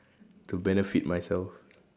to benefit myself